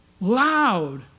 loud